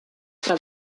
fra